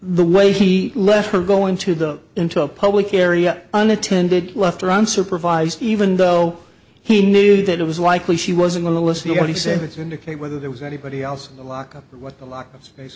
the way he left her going to the into a public area and attended left around supervised even though he knew that it was likely she was going to listen to what he said it's indicate whether there was anybody else in the lock up or what the lock of space